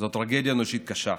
טרגדיה אנושית קשה.